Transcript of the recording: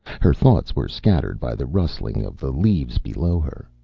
her thoughts were scattered by the rustling of the leaves below her.